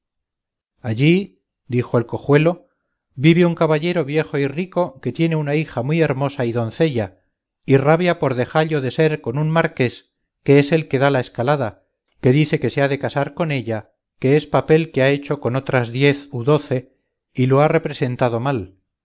fuera allí dijo el cojuelo vive un caballero viejo y rico que tiene una hija muy hermosa y doncella y rabia por dejallo de ser con un marqués que es el que da la escalada que dice que se ha de casar con ella que es papel que ha hecho con otras diez u doce y lo ha representado mal